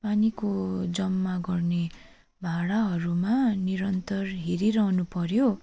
पानीको जम्मा गर्ने भाँडाहरूमा निरन्तर हेरिरहनु पऱ्यो